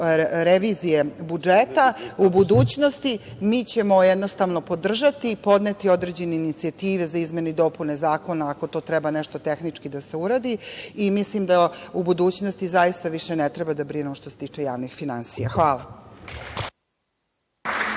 revizije budžeta u budućnosti, mi ćemo jednostavno podržati, podneti određene inicijative za izmene i dopune zakona ako to treba nešto tehnički da se uradi i mislim da u budućnosti zaista više ne treba da brinemo što se tiče javnih finansija. Hvala.